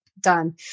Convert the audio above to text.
done